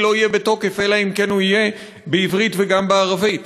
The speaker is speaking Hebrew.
לא יהיה בתוקף אלא אם כן הוא יהיה בעברית וגם בערבית.